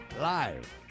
live